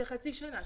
זה חצי שנה.